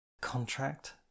Contract